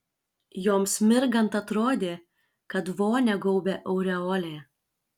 joms mirgant atrodė kad vonią gaubia aureolė